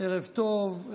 ערב טוב.